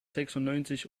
sechsundneunzig